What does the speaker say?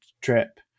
trip